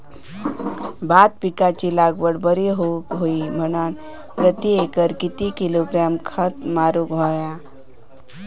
भात पिकाची लागवड बरी होऊक होई म्हणान प्रति एकर किती किलोग्रॅम खत मारुक होया?